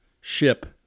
ship